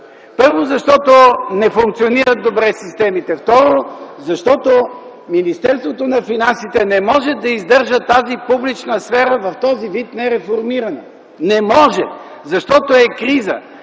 Първо, защото системите не функционират добре. Второ, защото Министерството на финансите не може да издържа тази публична сфера в този нереформиран вид. Не може, защото е криза.